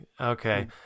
okay